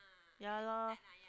ya lor